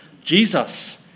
Jesus